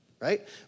Right